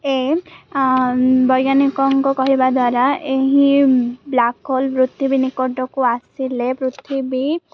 ଏ ବୈଜ୍ଞାନିକଙ୍କ କହିବା ଦ୍ୱାରା ଏହି ବ୍ଲାକହୋଲ୍ ପୃଥିବୀ ନିକଟକୁ ଆସିଲେ ପୃଥିବୀ